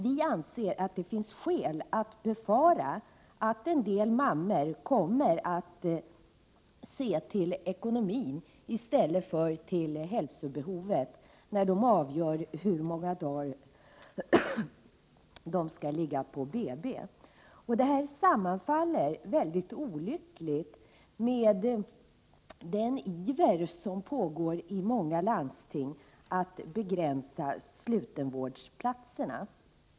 Vi anser att det finns skäl att befara att en del mammor kommer att se till ekonomin i stället för till hälsobehovet, när de avgör hur många dagar de skall ligga på BB. Det här sammanfaller väldigt olyckligt med den iver som många landsting visar att begränsa slutenvårdsplatserna.